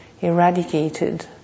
eradicated